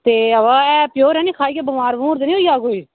ते ब ऐ प्योर है निं खाइयै बमार बूमार ते नेईं होई जाह्ग कोई